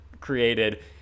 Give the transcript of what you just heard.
created